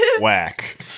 Whack